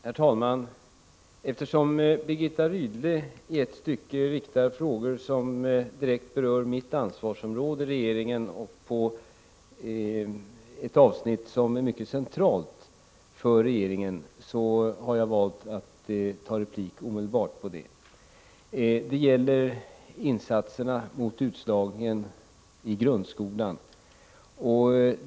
Herr talman! Eftersom Birgitta Rydle i ett stycke riktar frågor som direkt rör mitt ansvarsområde i regeringen på ett avsnitt som är mycket centralt för regeringen, har jag valt att ta replik omedelbart. Det gäller insatserna mot utslagningen i grundskolan.